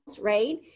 right